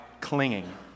clinging